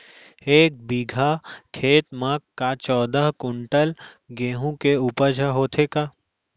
एक बीघा खेत म का चौदह क्विंटल गेहूँ के उपज ह होथे का?